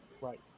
Right